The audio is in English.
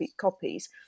copies